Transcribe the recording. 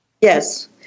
Yes